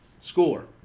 Score